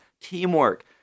teamwork